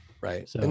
Right